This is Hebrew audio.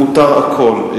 מותר הכול.